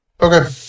Okay